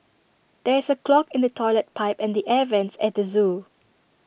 there is A clog in the Toilet Pipe and the air Vents at the Zoo